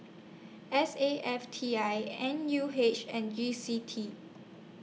S A F T I N U H and G C E